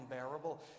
unbearable